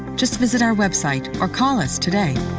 just visit our website, or call us today!